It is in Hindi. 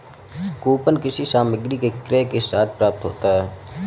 कूपन किसी सामग्री के क्रय के साथ प्राप्त होता है